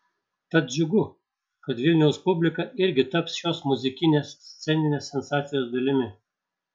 tad džiugu kad vilniaus publika irgi taps šios muzikinės sceninės sensacijos dalimi